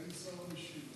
אין שר משיב.